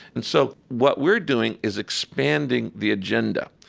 and so what we're doing is expanding the agenda.